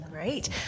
Great